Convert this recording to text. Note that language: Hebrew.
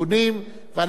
נא להצביע,